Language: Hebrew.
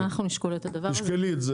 אנחנו נשקול את הנושא הזה.